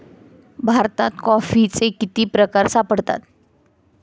भारतात कॉफीचे किती प्रकार सापडतात?